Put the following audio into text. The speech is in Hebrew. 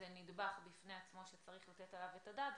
נדבך בפני עצמו שצריך לתת עליו את הדעת,